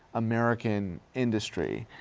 american industry,